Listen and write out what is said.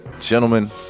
gentlemen